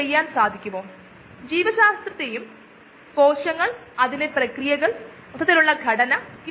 packed bed ഒരു stationary bed മാത്രമാണ് അതിൽ ഈ ഓർഗാനിസം ഉണ്ട് ഇത് റിയാക്ടന്റുകളെ ഉൽപ്പന്നങ്ങളിലേക്ക് പരിവർത്തനം ചെയ്യാൻ സഹായിക്കുന്നു